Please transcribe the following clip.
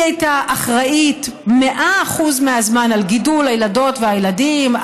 היא הייתה אחראית מאה אחוז מהזמן לגידול הילדות והילדים,